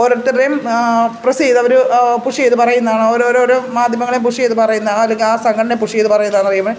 ഓരോരുത്തരുടെയും പ്രസ്സ് ചെയ്ത് അവർ പുഷ് ചെയ്ത് പറയുന്നതാണ് അവർ ഓരോ ഓരോ മാധ്യമങ്ങളെ പുഷ് ചെയ്തു പറയുന്നതാണ് അല്ലെങ്കിൽ ആ സംഘടനയെ പുഷ് ചെയ്തു പറയുന്നതാണെന്ന് അറിയുന്നത്